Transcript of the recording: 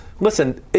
listen